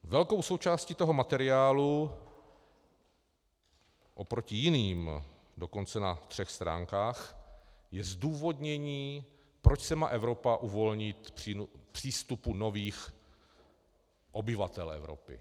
Velkou součástí toho materiálu oproti jiným, dokonce na třech stránkách, je zdůvodnění, proč se má Evropa uvolnit přístupu nových obyvatel Evropy.